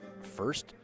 first